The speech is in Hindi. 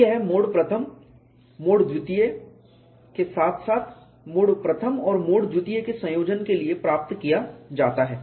तो यह मोड I मोड II के साथ साथ मोड I और मोड II के संयोजन के लिए प्राप्त किया जाता है